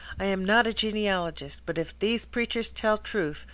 i am not a genealogist, but if these preachers tell truth,